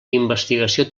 investigació